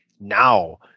now